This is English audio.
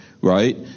right